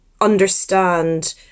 understand